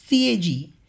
CAG